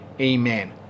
Amen